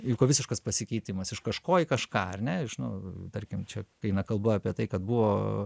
įvyko visiškas pasikeitimas iš kažko į kažką ar ne nu tarkim čia eina kalba apie tai kad buvo